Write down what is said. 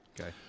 Okay